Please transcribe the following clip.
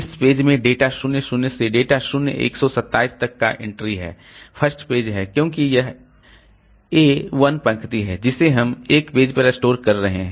इस पेज में डेटा 0 0 से डेटा 0 127 तक का एंट्री है फर्स्ट पेज है क्योंकि यह a 1 पंक्ति है जिसे हम 1 पेज पर स्टोर कर रहे हैं